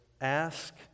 ask